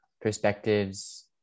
perspectives